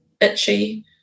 itchy